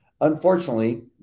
Unfortunately